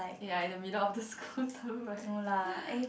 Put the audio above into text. ya in the middle of the school term right